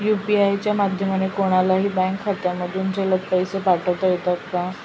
UPI च्या माध्यमाने कोणलाही बँक खात्यामधून जलद पैसे पाठवता येतात का?